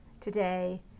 today